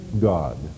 God